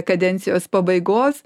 kadencijos pabaigos